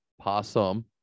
possum